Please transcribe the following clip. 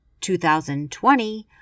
2020